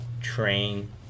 train